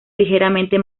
ligeramente